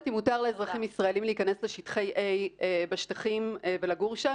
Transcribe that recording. לאזרחים ישראלים להיכנס לשטחי A ולגור שם?